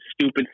stupid